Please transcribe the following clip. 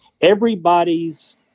everybody's